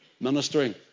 ministering